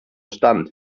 stand